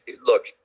look